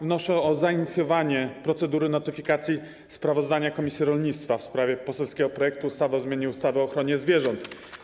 Wnoszę o zainicjowanie procedury notyfikacji sprawozdania komisji rolnictwa w sprawie poselskiego projektu ustawy o zmianie ustawy o ochronie zwierząt.